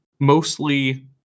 mostly